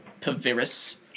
Paviris